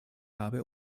habe